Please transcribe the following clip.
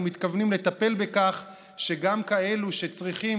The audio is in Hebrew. אנחנו מתכוונים לטפל בכך שגם כאלה שצריכים